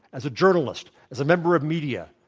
as a journalist, as a member of media.